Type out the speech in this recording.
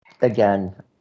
again